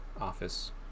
office